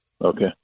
Okay